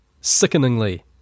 sickeningly